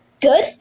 good